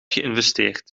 geïnvesteerd